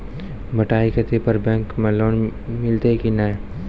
बटाई खेती पर बैंक मे लोन मिलतै कि नैय?